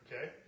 Okay